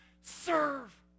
serve